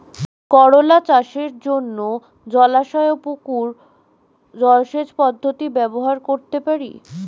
করোলা চাষের জন্য জলাশয় ও পুকুর জলসেচ পদ্ধতি ব্যবহার করতে পারি?